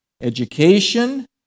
education